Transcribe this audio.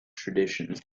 traditions